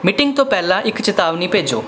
meeting ਤੋਂ ਪਹਿਲਾਂ ਇੱਕ ਚੇਤਾਵਨੀ ਭੇਜੋ